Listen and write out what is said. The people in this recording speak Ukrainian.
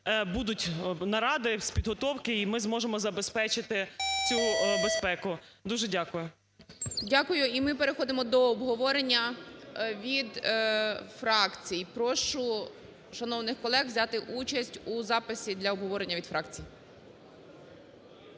будуть наради з підготовки, і ми зможемо забезпечити цю безпеку. Дуже дякую. ГОЛОВУЮЧИЙ. Дякую. І ми переходимо до обговорення від фракцій. Прошу шановних колег взяти участь у записі для обговорення від фракцій.